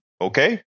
Okay